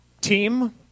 team